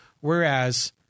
whereas